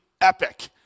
epic